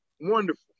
wonderful